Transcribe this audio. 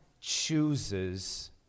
chooses